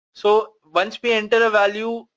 so, once we enter a value,